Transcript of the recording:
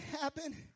happen